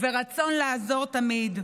ורצון לעזור תמיד.